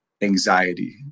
anxiety